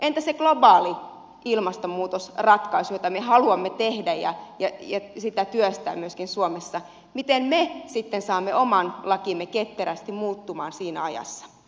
entä se globaali ilmastonmuutosratkaisu jota me haluamme tehdä ja työstää myöskin suomessa miten me sitten saamme oman lakimme ketterästi muuttumaan siinä ajassa